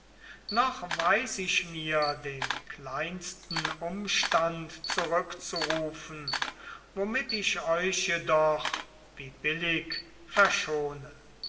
noch weiß ich mir den kleinsten umstand zurückzurufen womit ich euch jedoch wie billig verschone